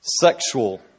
sexual